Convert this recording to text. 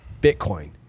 Bitcoin